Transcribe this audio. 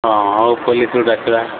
ହଁ ହଉ ପୋଲିସ୍କୁ ଡାକିବା